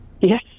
Yes